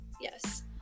yes